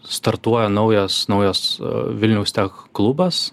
startuoja naujas naujas vilniaus techklubas